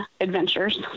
adventures